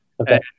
okay